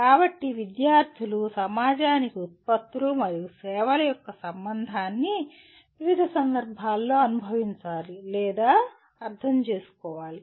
కాబట్టి విద్యార్థులు సమాజానికి ఉత్పత్తులు మరియు సేవల యొక్క సంబంధాన్ని వివిధ సందర్భాల్లో అనుభవించాలి లేదా అర్థం చేసుకోవాలి